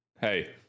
Hey